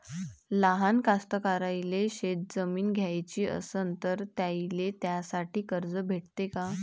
लहान कास्तकाराइले शेतजमीन घ्याची असन तर त्याईले त्यासाठी कर्ज भेटते का?